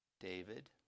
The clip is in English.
David